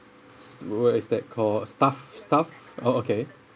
s~ what is that called stuffed stuffed oh okay